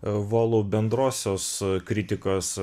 volu bendrosios kritikos